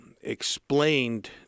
explained